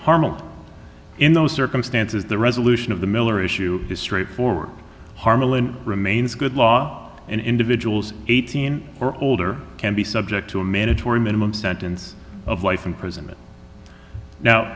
harmala in those circumstances the resolution of the miller issue is straightforward harmaline remains good law and individuals eighteen or older can be subject to a mandatory minimum sentence of life imprisonment now